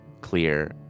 clear